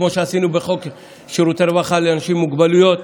כמו שעשינו בחוק שירותי רווחה לאנשים עם מוגבלויות,